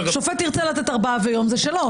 השופט שירצה לתת ארבעה חודשים ויום, זה שלו.